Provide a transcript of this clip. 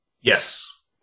Yes